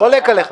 חולק עליך.